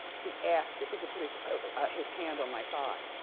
he asked if he could put his ah his hand on my thigh.